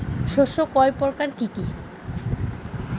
শস্য কয় প্রকার কি কি?